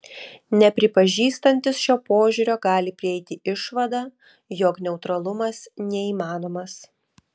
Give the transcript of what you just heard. nepripažįstantys šio požiūrio gali prieiti išvadą jog neutralumas neįmanomas